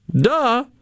Duh